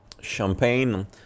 champagne